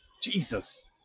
Jesus